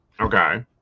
Okay